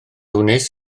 wnes